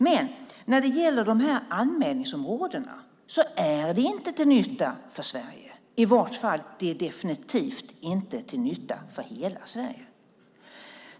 Men det här med anmälningsområdena är inte till nytta för Sverige, i varje fall definitivt inte till nytta för hela Sverige.